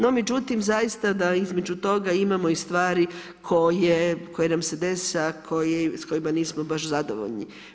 No, međutim zaista da između toga imamo i stvari koje nam se dese a s kojima nismo baš zadovoljni.